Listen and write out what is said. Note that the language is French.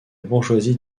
bourgeoisie